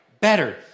better